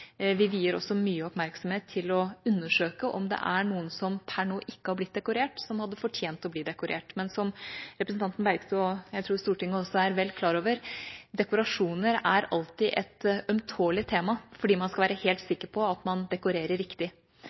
Vi vier også mye oppmerksomhet til å undersøke om det er noen som per nå ikke har blitt dekorert, som hadde fortjent å bli dekorert. Men som både representanten Bergstø og Stortinget er vel klar over: Dekorasjoner er alltid et ømtålig tema, fordi man skal være helt sikker på at man dekorerer riktig.